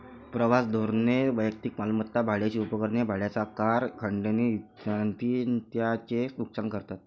प्रवास धोरणे वैयक्तिक मालमत्ता, भाड्याची उपकरणे, भाड्याच्या कार, खंडणी विनंत्या यांचे नुकसान करतात